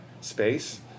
space